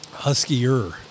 Huskier